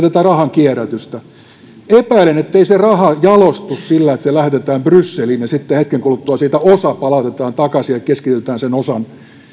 rahankierrätystä epäilen ettei se raha jalostu sillä että se lähetetään brysseliin ja sitten hetken kuluttua siitä osa palautetaan takaisin ja keskitytään sen osan